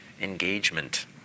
engagement